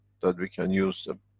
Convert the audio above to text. that we can use them.